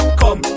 come